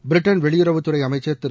Britain வெளியுறவு துறை அமைச்சர் திரு